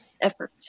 effort